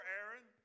Aaron